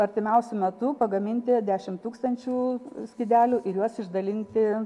artimiausiu metu pagaminti dešimt tūkstančių skydelių ir juos išdalinti